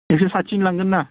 एकस' साथिनि लांगोन ना